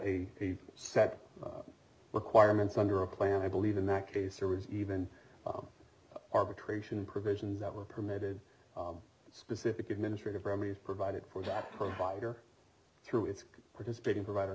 a set of requirements under a plan i believe in that case there was even arbitration provisions that were permitted specific administrative remedies provided for that provider through its participating provide